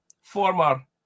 former